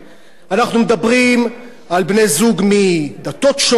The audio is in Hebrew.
אנחנו מדברים על בני-זוג מדתות שונות,